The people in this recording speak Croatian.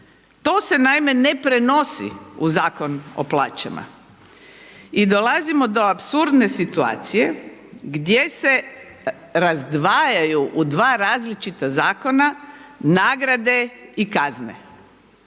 To se naime, ne prenosi u Zakon o plaćama. I dolazimo do apsurdne situacije, gdje se razdvajaju u dva različita zakona, nagrade i kazne.